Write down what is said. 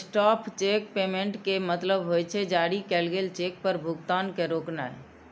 stop cheque payment के मतलब होइ छै, जारी कैल गेल चेक पर भुगतान के रोकनाय